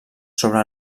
sobre